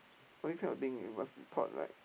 all these kind of thing you must be taught like